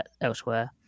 elsewhere